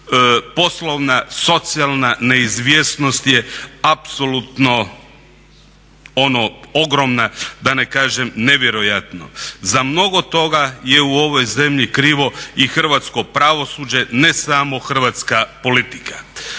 poslovna socijalna neizvjesnost je apsolutno ono ogromna da ne kažem nevjerojatna. Za mnogo toga je u ovoj zemlji krivo i hrvatsko pravosuđe, ne samo hrvatska politika.